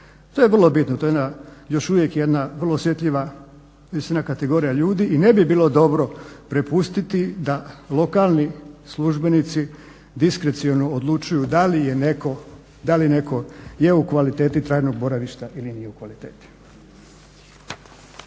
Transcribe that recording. To je vrlo bitno. To je još uvijek jedna vrlo osjetljiva prije svega kategorija ljudi i ne bi bilo dobro prepustiti da lokalni službenici diskreciono odlučuju da li je netko je u kvaliteti trajnog boravišta ili nije u kvaliteti.